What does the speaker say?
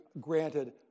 granted